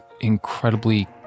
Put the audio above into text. incredibly